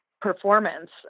performance